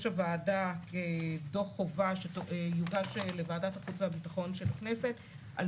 הועדה כדוח חובה שיוגש לוועדת החוץ והביטחון של הכנסת על